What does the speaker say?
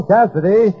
Cassidy